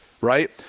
right